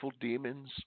demons